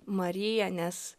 mariją nes